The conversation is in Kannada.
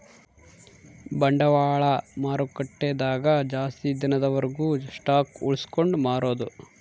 ಬಂಡವಾಳ ಮಾರುಕಟ್ಟೆ ದಾಗ ಜಾಸ್ತಿ ದಿನದ ವರ್ಗು ಸ್ಟಾಕ್ಷ್ ಉಳ್ಸ್ಕೊಂಡ್ ಮಾರೊದು